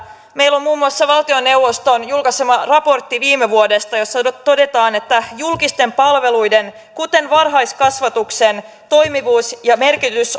meillä on muun muassa valtioneuvoston julkaisema raportti viime vuodelta jossa todetaan että julkisten palveluiden kuten varhaiskasvatuksen toimivuus ja merkitys